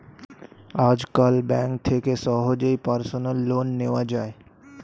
আজকাল ব্যাঙ্ক থেকে সহজেই পার্সোনাল লোন নেওয়া যায়